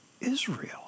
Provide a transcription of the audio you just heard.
Israel